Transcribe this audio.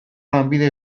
lanbide